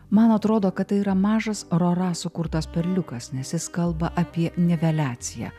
man atrodo kad tai yra mažas rora sukurtas perliukas nes jis kalba apie niveliaciją